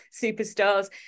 superstars